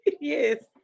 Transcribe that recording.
Yes